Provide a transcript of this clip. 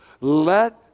let